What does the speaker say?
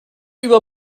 über